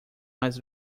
mais